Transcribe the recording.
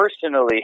personally